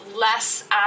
less